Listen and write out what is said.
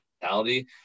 mentality